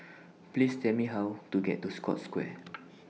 Please Tell Me How to get to Scotts Square